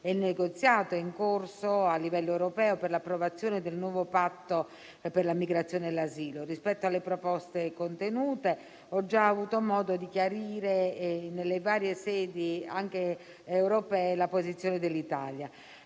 il negoziato in corso a livello europeo per l'approvazione del Nuovo patto sulla migrazione e l'asilo. Rispetto alle proposte contenute ho già avuto modo di chiarire nelle varie sedi anche europee la posizione dell'Italia.